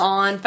on